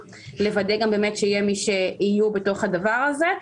לוודא גם באמת שיהיה מי יהיו בתוך הדבר הזה,